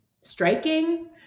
striking